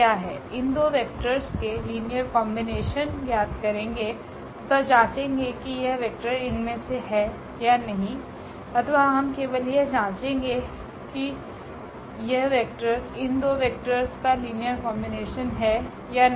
इन दो वेक्टर्स के linear combination ज्ञात करेंगे तथा जांचेंगे कि यह वेक्टर इसमे है या नहीं अथवा हम केवल यह जांचेंगे कि यह वेक्टर इन दो वेक्टर्स का लीनियर कॉम्बिनेशन है या नहीं